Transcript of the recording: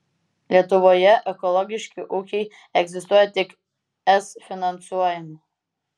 lietuvoje ekologiški ūkiai egzistuoja tik es finansuojami